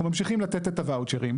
אנחנו ממשיכים לתת את הוואוצ'רים.